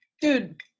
dude